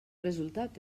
resultat